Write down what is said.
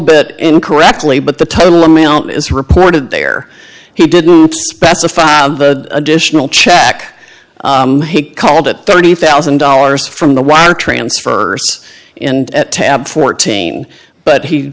bit incorrectly but the total amount is reported there he didn't specify additional check call that thirty thousand dollars from the wire transfers and at tab fourteen but he